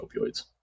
opioids